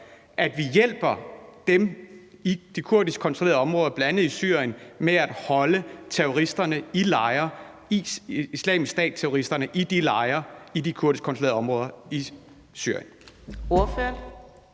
at vi hjælper dem i de kurdisk kontrollerede områder, bl.a. i Syrien, med at holde terroristerne, altså Islamisk Stat-terroristerne, i lejre i de kurdisk kontrollerede områder i Syrien.